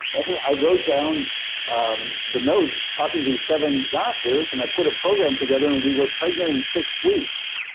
and i wrote down um the notes talking to these seven doctors, and i put a program together, and we were pregnant in six weeks.